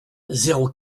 zéro